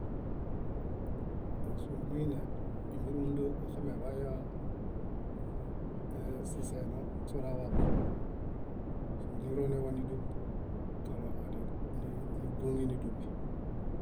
Ñásoo muine tímirumunda waxameḃaya ee- siseeno soraḃaḃu, sóo nironewa nídoṗ kaɭo adial ní- níguoŋenedoḃi.